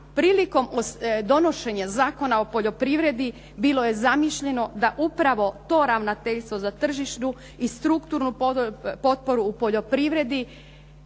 prilikom donošenja Zakona o poljoprivredi bilo je zamišljeno da upravo to ravnateljstvo za tržišnu i strukturnu potporu u poljoprivredi